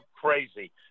crazy